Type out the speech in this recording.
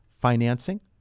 financing